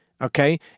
okay